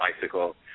bicycle